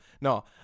No